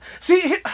See